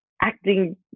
acting